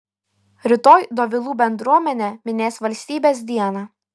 rytoj dovilų bendruomenė minės valstybės dieną